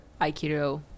Aikido